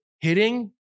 hitting